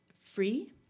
free